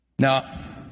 Now